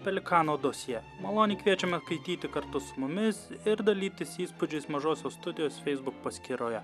pelikano dosjė maloniai kviečiame skaityti kartu su mumis ir dalytis įspūdžiais mažosios studijos facebook paskyroje